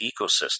ecosystem